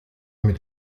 mit